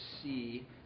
see